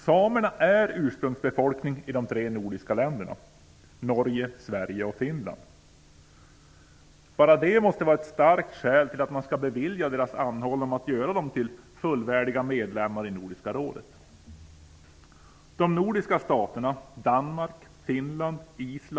Samerna är ursprungsbefolkning i de tre nordiska länderna Norge, Sverige och Finland. Bara det måste vara ett starkt skäl till att man skall bevilja deras anhållan om att göra dem till fullvärdiga medlemmar i Nordiska rådet.